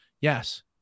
Yes